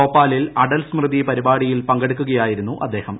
ഭോപ്പാലിൽ അടൽ സ്മൃതി പരിപാടിയിൽ പങ്കെടുക്കുകയായിരുന്നു അദ്ദേഹം